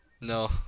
No